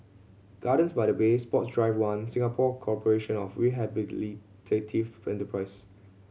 Gardens by the Bay Sports Drive One Singapore Corporation of Rehabilitative Enterprise